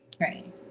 Right